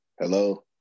hello